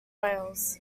wales